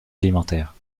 alimentaire